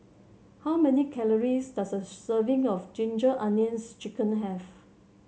how many calories does a serving of Ginger Onions chicken have